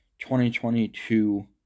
2022